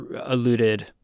alluded